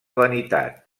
vanitat